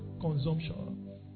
consumption